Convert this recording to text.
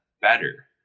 better